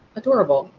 adorable.